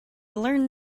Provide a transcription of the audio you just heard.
learned